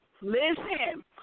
listen